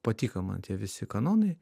patiko man tie visi kanonai